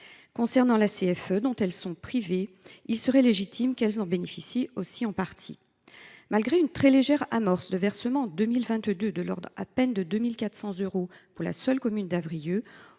entreprises (CFE), dont elles sont privées, il serait légitime qu’elles en bénéficient aussi en partie. Malgré une très légère amorce de versement en 2022, de l’ordre d’à peine 2 400 euros pour la seule commune d’Avrieux,